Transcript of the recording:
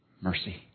mercy